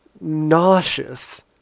nauseous